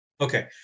Okay